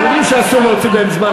שאי-אפשר להוציא בזמן